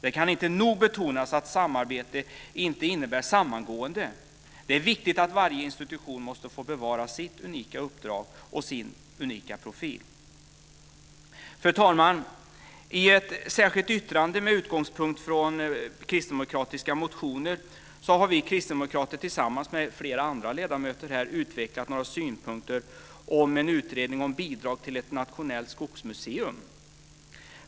Det kan inte nog betonas att samarbete inte innebär samgående. Det är viktigt att varje institution får bevara sitt unika uppdrag och sin unika profil. Fru talman! I ett särskilt yttrande med utgångspunkt från kristdemokratiska motioner har vi kristdemokrater tillsammans med flera andra ledamöter utvecklat önskemål om en utredning om bidrag till ett nationellt skogsmuseum.